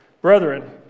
Brethren